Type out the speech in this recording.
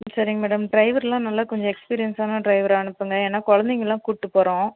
சரி மேடம் ட்ரைவர்லாம் நல்லா கொஞ்சம் எக்ஸ்பீரியன்ஸ்ஸான ட்ரைவரா அனுப்புங்க ஏன்னா குழந்தைங்கள்லாம் கூப்பிட்டு போகிறோம்